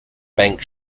bank